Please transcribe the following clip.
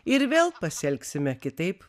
ir vėl pasielgsime kitaip